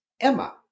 Emma